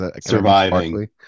Surviving